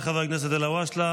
תודה לחבר הכנסת ואליד אלהואשלה.